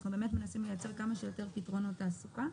אנחנו מנסים לייצר כמה שיותר פתרונות תעסוקה.